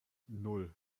nan